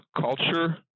culture